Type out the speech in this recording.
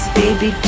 baby